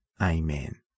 Amen